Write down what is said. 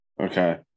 Okay